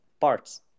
parts